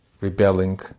rebelling